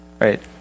right